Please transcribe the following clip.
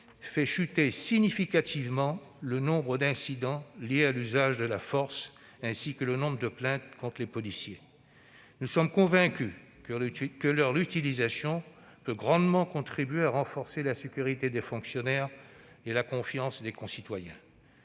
fait chuter significativement le nombre d'incidents liés à l'usage de la force, ainsi que le nombre de plaintes contre les policiers. Nous sommes convaincus que leur utilisation peut grandement contribuer à renforcer la sécurité des fonctionnaires et la confiance de nos concitoyens.